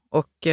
och